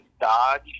Dodge